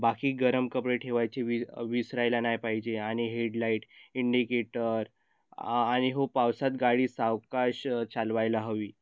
बाकी गरम कपडे ठेवायचे वि विसरायला नाही पाहिजे आणि हेडलाईट इंडिकेटर आणि हो पावसात गाडी सावकाश चालवायला हवी